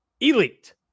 elite